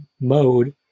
mode